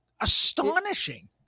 astonishing